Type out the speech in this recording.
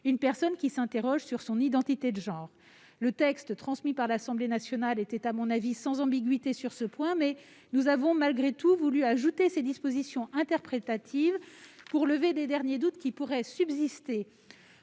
une personne qui s'interroge sur son identité de genre. Le texte transmis par l'Assemblée nationale était, à mon avis, sans ambiguïté sur ce point, mais nous avons malgré tout voulu ajouter ces dispositions interprétatives pour lever les derniers doutes qui pouvaient subsister.